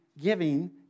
giving